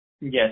Yes